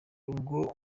bwo